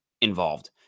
involved